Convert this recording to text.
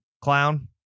Clown